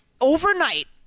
overnight